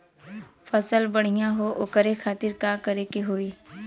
फसल बढ़ियां हो ओकरे खातिर का करे के होई?